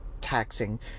taxing